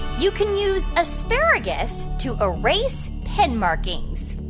you can use asparagus to erase pen markings?